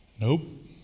Nope